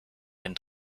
den